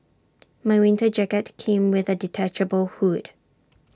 my winter jacket came with A detachable hood